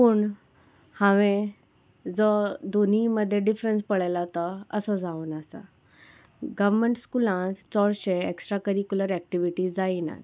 पूण हांवें जो दोनी मदें डिफरंस पळयला तो असो जावन आसा गव्हर्मेंट स्कुलान चोडशे एक्स्ट्रा करिकुलर एक्टिविटी जायनात